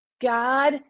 god